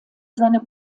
seiner